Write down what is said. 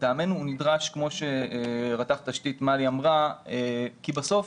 לטעמנו הוא נדרש כמו שרת"ח תשתית מלי אמרה כי בסוף